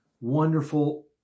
wonderful